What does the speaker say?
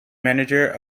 manager